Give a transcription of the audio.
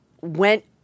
went